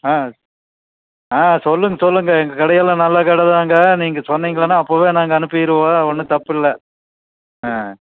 ஆ சொல்லுங்கள் சொல்லுங்கள் எங்கள் கடையெல்லாம் நல்ல கடைதான்ங்க நீங்கள் சொன்னீங்கனா நாங்கள் அப்பவே நாங்கள் அனுப்பிடுவோம் ஒன்றும் தப்பில்லை